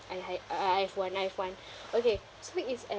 I I uh I have one I have one okay speak is at